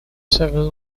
several